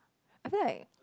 I feel like